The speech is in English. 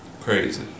Crazy